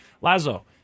Lazo